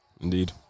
Indeed